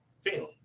film